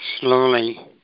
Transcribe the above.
slowly